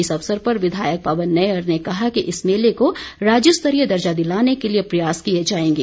इस अवसर पर विधायक पवन नैय्यर ने कहा कि इस मेले को राज्य स्तरीय दर्जा दिलाने के लिए प्रयास किए जाएंगे